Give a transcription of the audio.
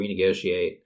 renegotiate